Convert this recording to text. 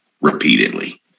repeatedly